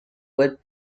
wood